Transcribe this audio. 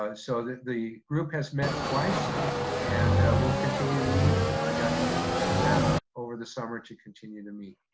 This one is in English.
ah so the the group has met twice and we'll continue to meet. i got commitment from them over the summer to continue to meet.